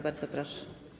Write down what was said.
Bardzo proszę.